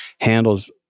handles